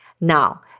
Now